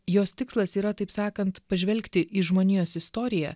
jos tikslas yra taip sakant pažvelgti į žmonijos istoriją